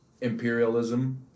imperialism